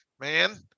man